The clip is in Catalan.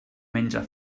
menja